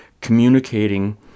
communicating